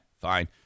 fine